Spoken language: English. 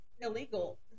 illegal